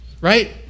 right